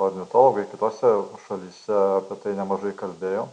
ornitologai kitose šalyse apie tai nemažai kalbėjo